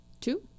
two